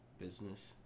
business